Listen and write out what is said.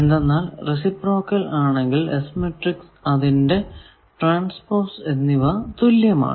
എന്തെന്നാൽ റേസിപ്രോക്കൽ ആണെങ്കിൽ S matrix അതിന്റെ ട്രാൻസ്പോസ് എന്നിവ തുല്യമാണ്